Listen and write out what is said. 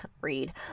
read